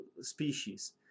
species